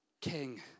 King